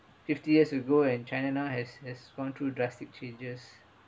fifty years ago and china now has has gone through drastic changes